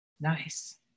Nice